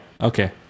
Okay